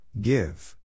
Give